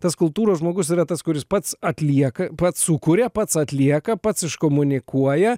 tas kultūros žmogus yra tas kuris pats atlieka pats sukuria pats atlieka pats iškomunikuoja